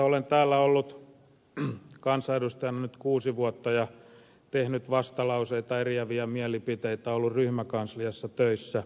olen täällä ollut kansanedustajana nyt kuusi vuotta ja tehnyt vastalauseita eriäviä mielipiteitä ollut ryhmäkansliassa töissä